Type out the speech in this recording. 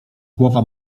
głowa